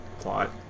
plot